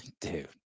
dude